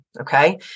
Okay